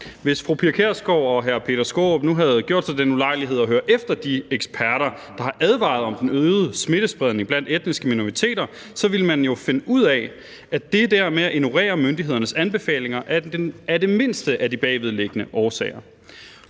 Hvis fru Pia Kjærsgaard og hr. Peter Skaarup nu havde gjort sig den ulejlighed at høre efter de eksperter, der har advaret om den øgede smittespredning blandt etniske minoriteter, ville man jo have fundet ud af, at det der med at ignorere myndighedernes anbefalinger er den mindste af de bagvedliggende årsager.